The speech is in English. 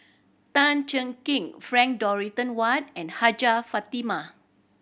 Tan Cheng Kee Frank Dorrington Ward and Hajjah Fatimah